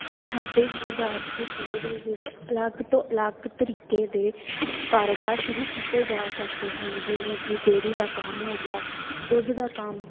ਸਾਡੇ ਗੁਰਦਾਸਪੁਰ ਜ਼ਿਲ੍ਹੇ ਦੇ ਵਿੱਚ ਅਲੱਗ ਤੋਂ ਅਲੱਗ ਤਰੀਕੇ ਦੇ ਕਾਰੋਬਾਰ ਸ਼ੁਰੂ ਕੀਤੇ ਜਾ ਸਕਦੇ ਹਨ ਜਿਵੇਂ ਕਿ ਡੇਰੀ ਦਾ ਕੰਮ ਹੋ ਗਿਆ ਦੁੱਧ ਦਾ ਕੰਮ